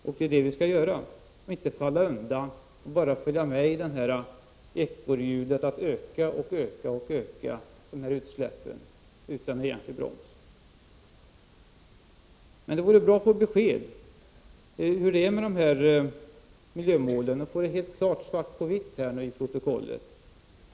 Det är vad vi skall göra, inte bara falla undan och följa med i ekorrhjulet och ständigt öka utsläppen utan någon egentlig broms. 125 Det vore bra att få ett besked om hur det är med miljömålen och få det svart på vitt i protokollet.